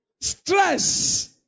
stress